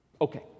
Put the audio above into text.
okay